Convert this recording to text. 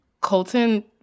Colton